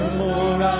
more